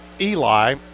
Eli